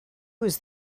was